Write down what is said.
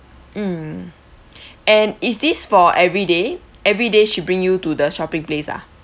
mm and is this for everyday everyday she bring you to the shopping place ah